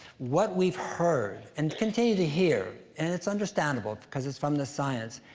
what we've heard, and continue to hear, and it's understandable cause it's from the science,